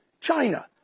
China